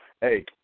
hey